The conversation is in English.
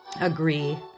agree